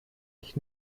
ich